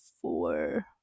four